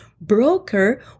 broker